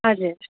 हजुर